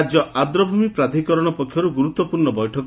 ରାଜ୍ୟ ଆଦ୍ରଭୂମି ପ୍ରାଧିକରଣ ପକ୍ଷରୁ ଗୁରୁତ୍ୱପୂର୍ଶ୍ଣ ବୈଠକ